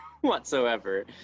whatsoever